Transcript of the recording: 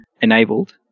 enabled